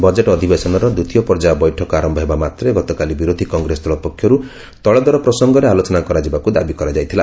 budget ଅଧିବେଶନର ଦ୍ୱିତୀୟ ପର୍ଯ୍ୟାୟ ବୈଠକ ଆରନ୍ଭ ହେବା ମାତ୍ରେ ଗତକାଲି ବିରୋଧୀ କଂଗ୍ରେସ ଦଳ ପକ୍ଷରୁ ତେଳଦର ପ୍ରସଙ୍ଗରେ ଆଲୋଚନା କରାଯିବାକୁ ଦାବି କରାଯାଇଥିଲା